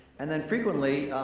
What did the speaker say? and then frequently,